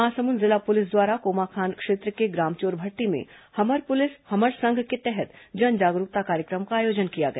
महासमुंद जिला पुलिस द्वारा कोमाखान क्षेत्र के ग्राम चोरभट्ठी में हमर पुलिस हमर संग के तहत जन जागरूकता कार्यक्रम का आयोजन किया गया